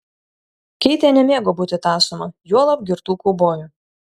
keitė nemėgo būti tąsoma juolab girtų kaubojų